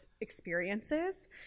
experiences